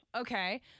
Okay